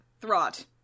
throat